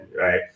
right